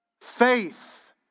faith